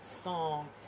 song